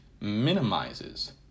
minimizes